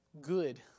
good